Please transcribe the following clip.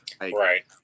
Right